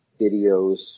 videos